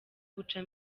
guca